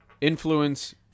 influence